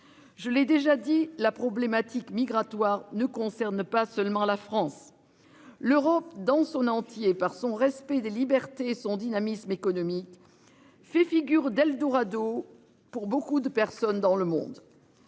Je l'ai déjà dit la problématique migratoire ne concerne pas seulement la France. L'Europe dans son entier par son respect des libertés, son dynamisme économique. Fait figure d'eldorado pour beaucoup de personnes dans le monde.